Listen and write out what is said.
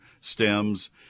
stems